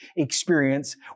experience